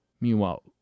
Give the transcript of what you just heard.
Meanwhile